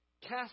Cast